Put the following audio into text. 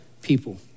people